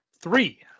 three